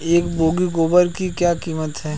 एक बोगी गोबर की क्या कीमत है?